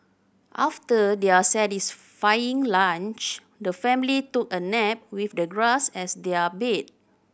after their satisfying lunch the family took a nap with the grass as their bed